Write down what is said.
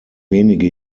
wenige